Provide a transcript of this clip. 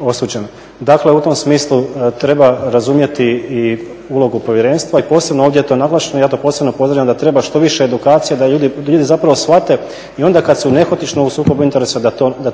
osuđen. Dakle, u tom smislu treba razumjeti ulogu povjerenstva i posebno je ovdje to naglašeno i ja to posebno pozdravljam da treba što više edukacija da ljudi zapravo shvate i onda kada su nehotično u sukobu interesa da